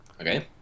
Okay